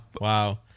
wow